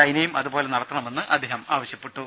ചൈനയും അതുപോലെ നടത്തണമെന്ന് അദ്ദേഹം ആവശ്യപ്പെട്ടു